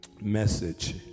message